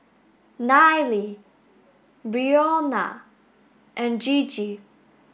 Nile Brionna and Gigi